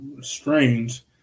strange